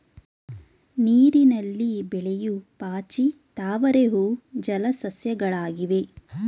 ನೀರಿನಲ್ಲಿ ಬೆಳೆಯೂ ಪಾಚಿ, ತಾವರೆ ಹೂವು ಜಲ ಸಸ್ಯಗಳಾಗಿವೆ